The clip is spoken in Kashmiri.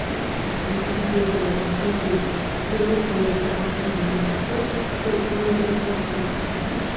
اسہِ اَسہِ گژھِ نہٕ تیُتھ دریور آسُن کیٚنٛہہ بیٚیہِ گژھِ گٲڑ تہِ آسنۍ واریاہ اَصٕل تہٕ گٲڑ تہِ گژھِ ٹاپ کٕلاس آسٕنۍ